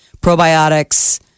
Probiotics